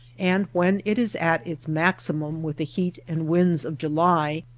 and when it is at its maximum with the heat and winds of july,